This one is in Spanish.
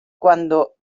cuando